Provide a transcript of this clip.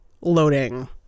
loading